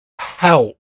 help